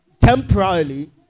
temporarily